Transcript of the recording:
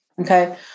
Okay